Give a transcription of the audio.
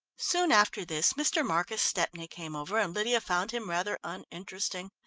soon after this mr. marcus stepney came over and lydia found him rather uninteresting.